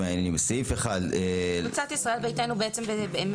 ההסתייגות הראשונה של קבוצת ישראל ביתנו נוגעת